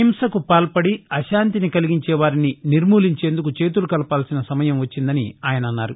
హింసకు పాల్పడి అశాంతిని కలిగించే వారిని నిర్మూలించేందుకు చేతులు కలపాల్సిన సమయం వచ్చిందని ఆయన అన్నారు